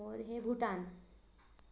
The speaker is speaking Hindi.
और है भूटान